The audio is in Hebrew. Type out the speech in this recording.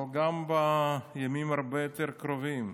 אבל גם בימים הרבה יותר קרובים,